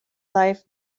life